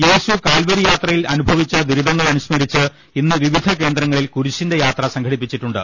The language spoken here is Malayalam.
യേശു കാൽവരിയാത്രയിൽ അനുഭവിച്ച ദുരിതങ്ങൾ അനു സ്മരിച്ച് ഇന്ന് വിവിധ കേന്ദ്രങ്ങളിൽ കുരിശിന്റെ യാത്ര സംഘ ടിപ്പിച്ചിട്ടുണ്ട്